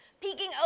peeking